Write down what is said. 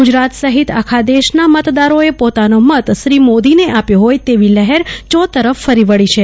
ગુજરાત સહીત આખા દેશના મતદારોએ પોતાનો મત શ્રી મોદીને આપ્યો હોય તેવી લહેર ચોતરફ ફરી વળી છે